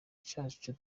cyacu